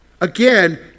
Again